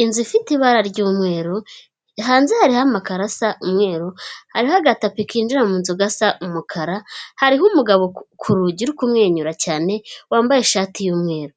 Inzu ifite ibara ry'umweru, hanze harih’amakaro as’umweru, hariho agatapi k’injira mu nzu gasa umukara, hariho umugabo ku rugi uri kumwenyura cyane wambaye ishati y’umweru,